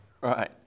Right